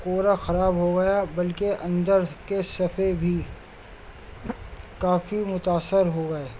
کور خراب ہو گیا بلکہ اندر کے صفحے بھی کافی متاثر ہو گئے